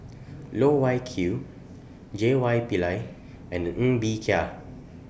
Loh Wai Kiew J Y Pillay and Ng Bee Kia